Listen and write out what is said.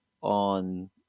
on